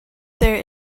there